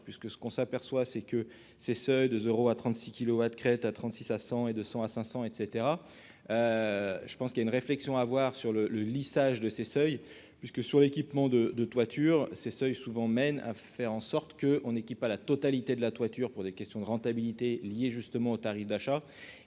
puisque ce qu'on s'aperçoit, c'est que ces seuils de 0 à 36 kilowatts crête à 36 à 100 et de 100 à 500 etc, je pense qu'il y a une réflexion à avoir sur le le lissage de ces seuils, puisque sur l'équipement de de toiture, ces seuils souvent mène à faire en sorte que on équipe à la totalité de la toiture pour des questions de rentabilité liée justement au tarif d'achat